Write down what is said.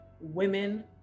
women